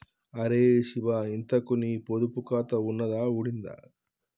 అరే శివా, ఇంతకూ నీ పొదుపు ఖాతా ఉన్నదా ఊడిందా